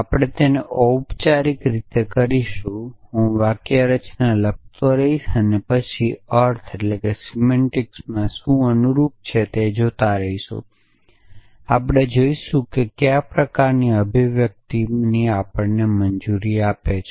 આપણે તેને ઑપચારિક રીતે કરીશું હું વાક્યરચના લખતો રહીશ અને અર્થમાં શું અનુરૂપ છે તે જોતા રહીશું અને આપણે જોઈશું કે કયા પ્રકારનાં અભિવ્યક્તિ આપણને મંજૂરી આપે છે